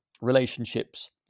relationships